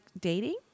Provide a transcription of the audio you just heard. dating